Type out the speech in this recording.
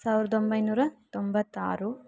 ಸಾವಿರದ ಒಂಬೈನೂರ ತೊಂಬತ್ತಾರು